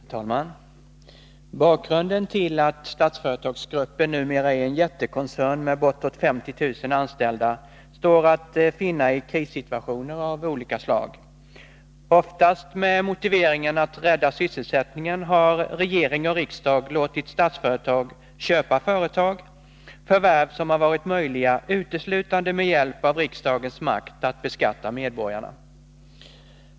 Herr talman! Bakgrunden till att Statsföretagsgruppen numera är en jättekoncern med bortåt 50 000 anställda står att finna i krissituationer av olika slag. Oftast med motiveringen att rädda sysselsättningen har regering och riksdag låtit Statsföretag köpa företag, förvärv som har varit möjliga uteslutande med hjälp av riksdagens makt att beskatta medborgarna.